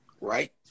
Right